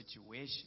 situation